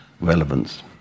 relevance